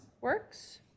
works